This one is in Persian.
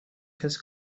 کسی